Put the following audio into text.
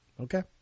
Okay